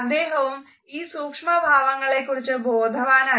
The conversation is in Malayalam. അദ്ദേഹവും ഈ സൂക്ഷ്മഭാവങ്ങളെക്കുറിച്ചു ബോധവാനായിരുന്നു